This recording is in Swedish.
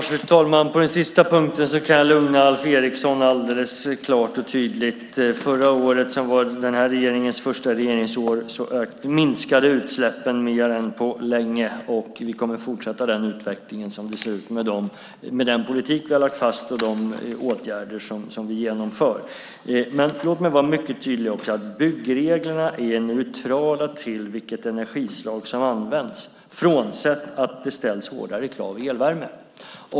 Fru talman! På den sista punkten kan jag tydligt och klart lugna Alf Eriksson. Förra året, som var den här regeringens första regeringsår, minskade utsläppen mer än på länge. Och vi kommer att fortsätta den utvecklingen, som det ser ut med den politik vi har lagt fast och de åtgärder som vi genomför. Men låt mig också vara mycket tydlig med att byggreglerna är neutrala i förhållande till vilket energislag som används, frånsett att det ställs hårdare krav vid elvärme.